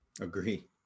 Agree